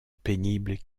pénible